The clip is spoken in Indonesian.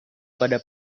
pada